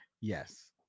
Yes